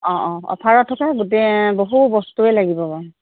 অ' অ' অফাৰত থকা গোটেই বহু বস্তুৱেই লাগিব বা